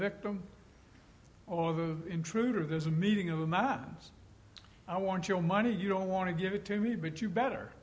victim or the intruder there's a meeting of a man i want your money you don't want to give it to me but you better